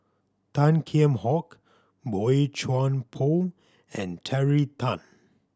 Tan Kheam Hock Boey Chuan Poh and Terry Tan